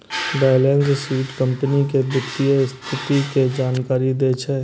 balance sheet company के वित्तीय स्थिति के जानकारी दै छै